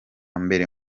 mbere